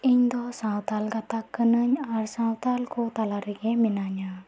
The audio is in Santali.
ᱤᱧᱫᱚ ᱥᱟᱣᱛᱟᱞ ᱜᱟᱛᱟᱠ ᱠᱟᱹᱱᱟᱹᱧ ᱟᱨ ᱥᱟᱣᱛᱟᱞ ᱠᱚ ᱛᱟᱞᱟ ᱨᱮᱜᱮ ᱢᱤᱱᱟᱹᱧᱟ